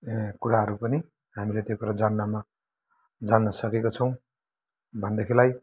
कुराहरू पनि हामीले त्यो कुराहरू जान्नमा जान्न सकेका छौँ भनेदेखिलाई